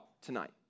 tonight